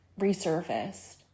resurfaced